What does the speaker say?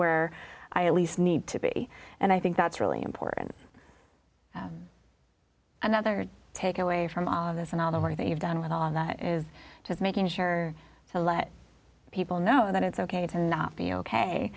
where i at least need to be and i think that's really important another takeaway from all of this and all the work that you've done with all that is just making sure to let people know that it's ok to be ok